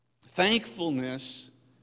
Thankfulness